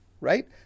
right